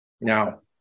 Now